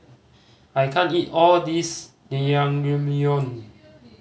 I can't eat all this Naengmyeon